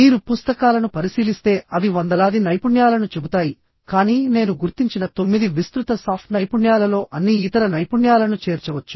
మీరు పుస్తకాలను పరిశీలిస్తే అవి వందలాది నైపుణ్యాలను చెబుతాయి కానీ నేను గుర్తించిన తొమ్మిది విస్తృత సాఫ్ట్ నైపుణ్యాలలో అన్ని ఇతర నైపుణ్యాలను చేర్చవచ్చు